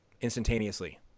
instantaneously